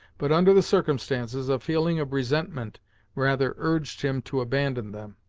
but under the circumstances a feeling of resentment rather urged him to abandon them.